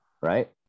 right